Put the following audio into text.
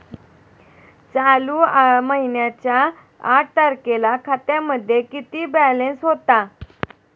चालू महिन्याच्या आठ तारखेला खात्यामध्ये किती बॅलन्स होता?